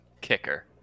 kicker